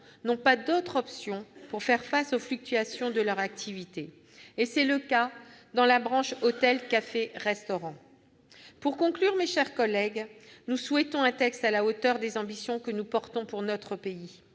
n'ont pas d'autre option pour faire face aux fluctuations de leur activité. C'est le cas dans la branche hôtels, cafés, restaurants. Pour conclure, mes chers collègues, nous souhaitons un texte à la hauteur des ambitions que nous portons pour notre pays.